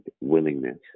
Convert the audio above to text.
willingness